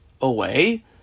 away